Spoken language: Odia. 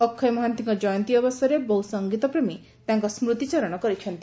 ଅକ୍ଷୟ ମହାନ୍ତିଙ୍କ ଜୟନ୍ତୀ ଅବସରରେ ବହୁ ସଙ୍ଗୀତ ପ୍ରେମୀ ତାଙ୍କ ସ୍କୁତିଚାରଣ କରିଛନ୍ତି